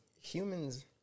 humans